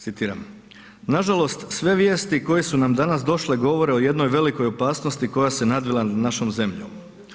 Citiram „nažalost sve vijesti koje su nam danas došle, govore o jednoj veliko opasnosti koja se nadvila nad našom zemljom.